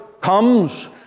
comes